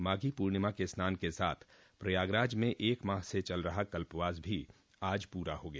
माघी पूर्णिमा के स्नान के साथ प्रयागराज में एक माह से चल रहा कल्पवास भी आज पूरा हो गया